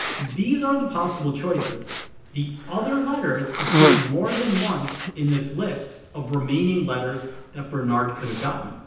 these are the possible choices the other letters appear more than once in this list of remaining letters that bernard could have gotten.